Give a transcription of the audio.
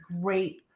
great